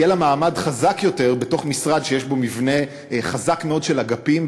יהיה לה מעמד חזק יותר בתוך משרד שיש בו מבנה חזק מאוד של אגפים,